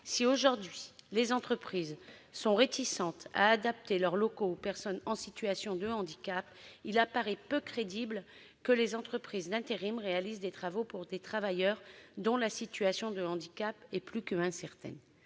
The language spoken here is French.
Si, aujourd'hui, les entreprises sont réticentes à adapter leurs locaux aux personnes en situation de handicap, il paraît peu crédible que les sociétés d'intérim réalisent des travaux pour ces travailleurs dont la situation est plus qu'incertaine.